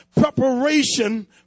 preparation